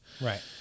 Right